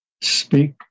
speak